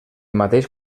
mateix